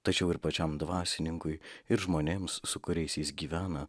tačiau ir pačiam dvasininkui ir žmonėms su kuriais jis gyvena